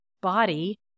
body